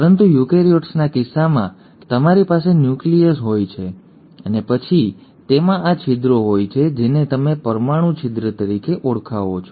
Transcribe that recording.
પરંતુ યુકેરીયોટ્સના કિસ્સામાં તમારી પાસે ન્યુક્લિયસ હોય છે અને પછી તેમાં આ છિદ્રો હોય છે જેને તમે પરમાણુ છિદ્ર તરીકે ઓળખાવો છો